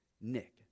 Nick